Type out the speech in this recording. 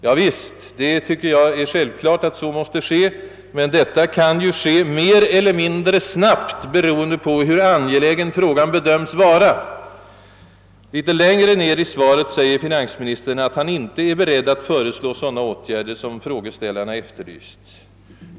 Javisst, jag tycker det är självklart att så måste ske, men detta kan ju ske mer eller mindre snabbt, beroende på hur angelägen frågan bedöms vara. Lite längre ned i svaret säger finansministern att han inte är beredd att föreslå sådana åtgärder som frågeställarna efterlyst.